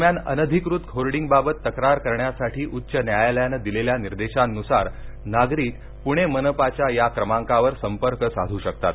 दरम्यान अनधिकृत होर्डींगबाबत तक्रार करण्यासाठी उच्च न्यायालयानं दिलेल्या निर्देशांनुसार नागरिक पुणे मनपाच्या या क्रमांकावर संपर्क साधू शकतात